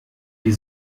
die